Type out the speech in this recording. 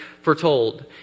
foretold